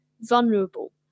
vulnerable